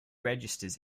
registers